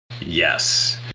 Yes